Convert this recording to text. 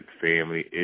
family